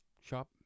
shop